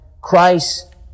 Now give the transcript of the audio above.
Christ